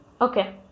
Okay